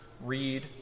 read